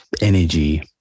energy